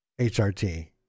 HRT